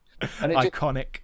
Iconic